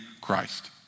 Christ